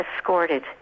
escorted